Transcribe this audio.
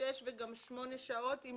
שש וגם שמונה שעות ביום,